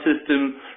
system